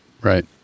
right